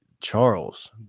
Charles